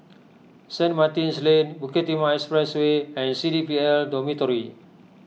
St Martin's Lane Bukit Timah Expressway and C D P L Dormitory